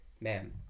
Ma'am